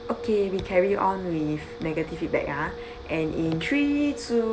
okay we carry on with negative feedback ah and in three two